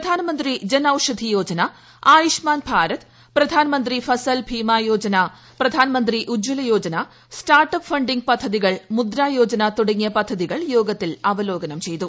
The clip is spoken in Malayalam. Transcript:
പ്രധാനമന്ത്രി Jan Aushadhi Yojana Ayushman Bharat Pradhanmantri Fasal Bima Yojana Pradhanmantri Ujjwala Yojana start up funding പദ്ധതികൾ മുദ്ര യോജന തുടങ്ങിയ പദ്ധതികൾ യോഗത്തിൽ അവലോകനം ചെയ്തു